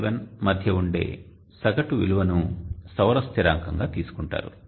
37 మధ్య ఉండే సగటు విలువను సౌర స్థిరాంకంగా తీసుకుంటారు